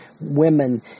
women